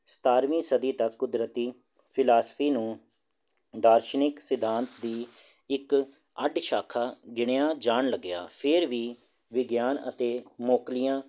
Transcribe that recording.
ਸਤਾਰਵੀਂ ਸਦੀ ਤੱਕ ਕੁਦਰਤੀ ਫਿਲਾਸਫੀ ਨੂੰ ਦਾਰਸ਼ਨਿਕ ਸਿਧਾਂਤ ਦੀ ਇੱਕ ਅੱਡ ਸ਼ਾਖਾ ਗਿਣਿਆ ਜਾਣ ਲੱਗਿਆ ਫਿਰ ਵੀ ਵਿਗਿਆਨ ਅਤੇ ਮੌਕਲੀਆਂ